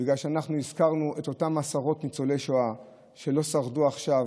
בגלל שאנחנו הזכרנו את אותם עשרות ניצולי שואה שלא שרדו עכשיו,